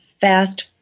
fast